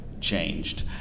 changed